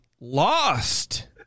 lost